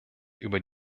über